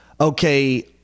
okay